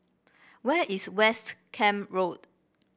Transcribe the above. where is West Camp Road